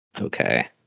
okay